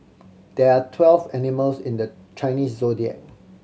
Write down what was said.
there are twelve animals in the Chinese Zodiac